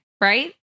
right